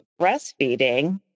breastfeeding